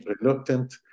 reluctant